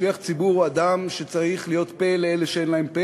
שליח ציבור הוא אדם שצריך להיות לפה לאלה שאין להם פה